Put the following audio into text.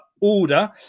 order